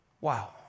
Wow